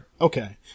Okay